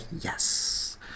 yes